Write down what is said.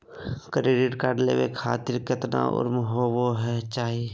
Credit card लेवे खातीर कतना उम्र होवे चाही?